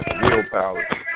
willpower